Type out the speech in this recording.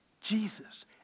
Jesus